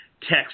Text